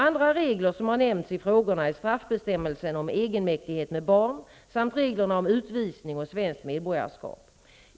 Andra regler som har nämnts i frågorna är straffbestämmelsen om egenmäktighet med barn samt reglerna om utvisning och svenskt medborgarskap.